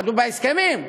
כתוב בהסכמים.